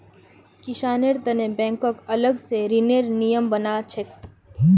किसानेर तने बैंकक अलग स ऋनेर नियम बना छेक